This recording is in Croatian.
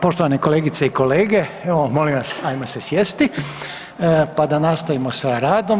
Poštovane kolegice i kolege, evo molim vas ajmo se sjesti, pa da nastavimo sa radom.